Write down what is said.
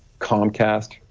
comcast,